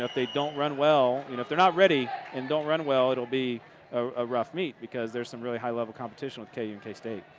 they don't run well, you know if they're not ready and don't run well, it will be a rough meet because there's some really high level competition with ku and k-state.